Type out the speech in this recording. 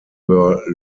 were